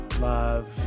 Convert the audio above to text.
love